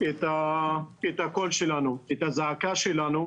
את הקול ואת הזעקה שלנו.